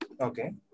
Okay